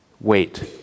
wait